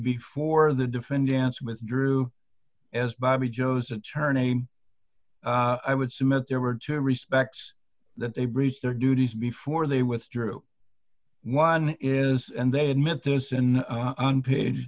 before the defendants withdrew as bobbie jo's attorney i would submit there were two respects that they breached their duties before they withdrew one is and they admit this in on page